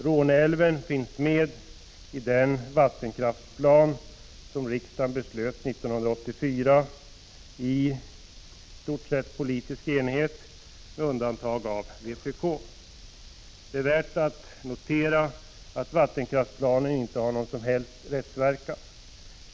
Råneälven finns med i den vattenkraftsplan som riksdagen beslöt om 1984 i politisk enighet — med undantag av vpk. Det är värt att notera att vattenkraftsplanen inte har någon som helst rättsverkan.